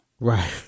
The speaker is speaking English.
Right